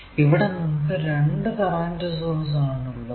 ഇവിടെ നമുക്ക് രണ്ടു കറന്റ് സോഴ്സ് ആണ് ഉള്ളത്